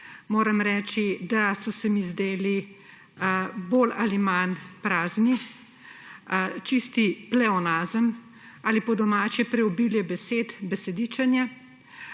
Moram reči, da so se mi zdeli bolj ali manj prazni, čisti pleonazem ali po domače preobilje besed, besedičenje.